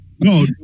No